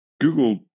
Google